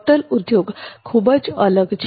hotel ઉદ્યોગ ખૂબ જ અલગ છે